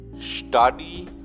study